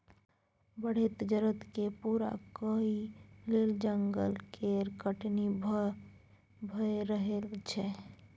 बढ़ैत जरुरत केँ पूरा करइ लेल जंगल केर कटनी भए रहल छै